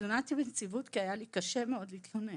התלוננתי בנציבות כי היה לי קשה מאוד להתלונן,